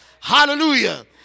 Hallelujah